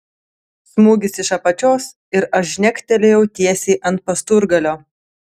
smūgis iš apačios ir aš žnektelėjau tiesiai ant pasturgalio